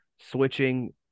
switching